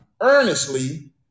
earnestly